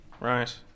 Right